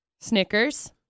Snickers